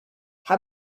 how